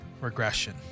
regression